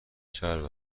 چرب